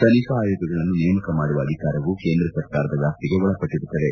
ತನಿಖಾ ಆಯೋಗಗಳನ್ನು ನೇಮಕ ಮಾಡುವ ಅಧಿಕಾರವು ಕೇಂದ್ರ ಸರ್ಕಾರದ ವ್ಯಾಪ್ತಿಗೆ ಒಳಪಟ್ಟಿರುತ್ತದೆ